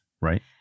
right